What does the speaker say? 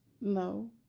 No